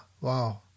Wow